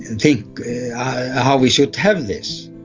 think how we should have this.